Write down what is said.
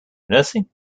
nursing